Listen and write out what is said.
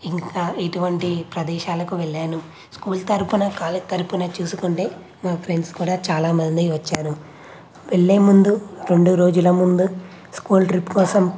ఇంకా ఇటువంటి ప్రదేశాలకు వెళ్లాను స్కూల్ తరఫున కాలేజ్ తరఫున చూసుకుంటే మా ఫ్రెండ్స్ కూడా చాలామంది వచ్చారు వెళ్లే ముందు రెండు రోజులు ముందు స్కూల్ ట్రిప్ కోసం